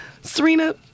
Serena